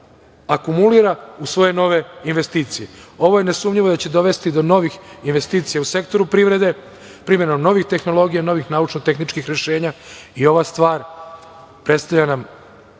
da akumulira u svoje nove investicije. Ovo je nesumnjivo da će dovesti do novih investicija u sektoru privrede primenom novih tehnologija, novih naučno-tehničkih rešenja i ova stvar predstavlja nam